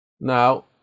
now